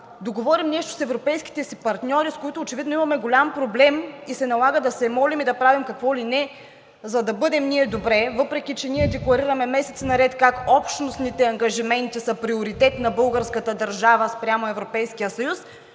договорим нещо с европейските си партньори, с които очевидно имаме голям проблем. Налага се да се молим и да правим какво ли не, за да бъдем добре. Въпреки че декларираме месеци наред как общностните ангажименти са приоритет на българската държава спрямо Европейския съюз,